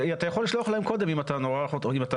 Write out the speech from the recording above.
אתה יכול לשלוח להם קודם אם אתה נורא רוצה.